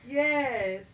yes